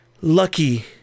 lucky